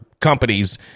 companies